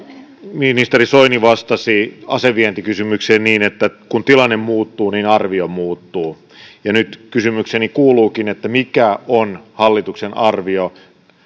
ministeri soini vastasi asevientikysymykseen niin että kun tilanne muuttuu niin arvio muuttuu ja nyt kysymykseni kuuluukin mikä on hallituksen arvio